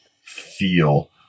feel